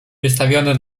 wystawiany